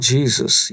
Jesus